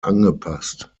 angepasst